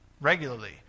regularly